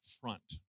front